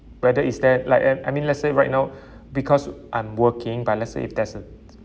whether is there like uh I mean let's say right now because I'm working but let's say if there's a